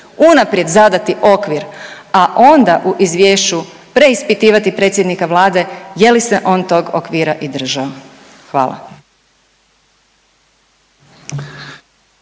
Unaprijed zadati okvir, a onda u izvješću preispitivati predsjednika Vlade je li se on tog okvira i držao. Hvala.